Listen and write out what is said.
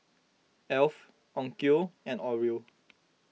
Alf Onkyo and Oreo